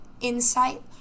insight